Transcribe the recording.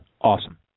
Awesome